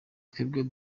twebwe